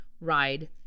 ride